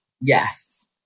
Yes